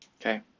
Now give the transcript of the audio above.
Okay